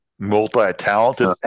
Multi-talented